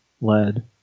lead